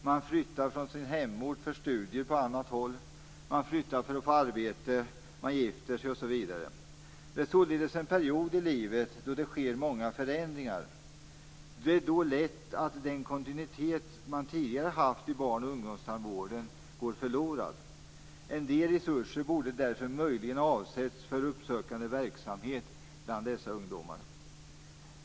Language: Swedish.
Man flyttar från sin hemort för studier på annat håll, man flyttar för att få arbete, man gifter sig osv. Det är således en period i livet då det sker många förändringar. Då är det lätt hänt att den kontinuitet som man tidigare haft i barn och ungdomstandvården går förlorad. En del resurser borde därför möjligen ha avsatts för uppsökande verksamhet bland dessa ungdomar.